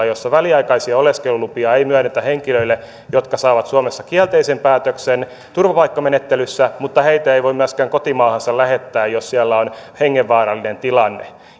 jossa väliaikaisia oleskelulupia ei myönnetä henkilöille jotka saavat suomessa kielteisen päätöksen turvapaikkamenettelyssä mutta joita ei voi myöskään kotimaahansa lähettää jos siellä on hengenvaarallinen tilanne